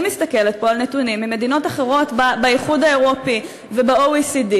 אני מסתכלת פה על נתונים ממדינות אחרות באיחוד האירופי וב-OECD,